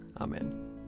Amen